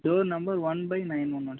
door number one by nine one one sir